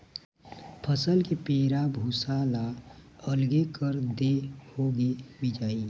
फसल के पैरा भूसा ल अलगे कर देए होगे मिंजई